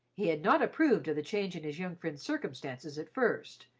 he had not approved of the change in his young friend's circumstances at first,